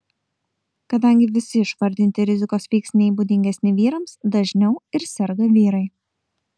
kadangi visi išvardinti rizikos veiksniai būdingesni vyrams dažniau ir serga vyrai